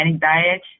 diet –